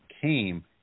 came